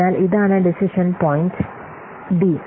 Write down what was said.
അതിനാൽ ഇതാണ് decision point D